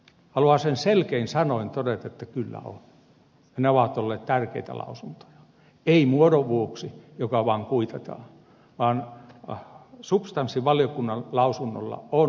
haluan selkein sanoin todeta että kyllä on ja ne ovat olleet tärkeitä lausuntoja eivät muodon vuoksi niin että ne vaan kuitataan vaan substanssivaliokunnan lausunnolla on suuri merkitys